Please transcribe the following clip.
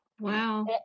Wow